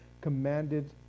commanded